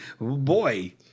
Boy